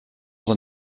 dans